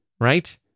right